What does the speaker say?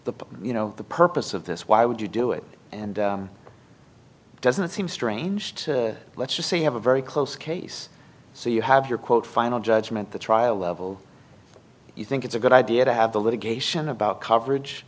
the you know the purpose of this why would you do it and it doesn't seem strange to let's just say you have a very close case so you have your quote final judgment the trial level you think it's a good idea to have the litigation about coverage